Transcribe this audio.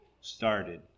started